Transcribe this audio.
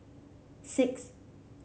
six